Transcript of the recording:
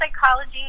psychology